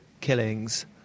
killings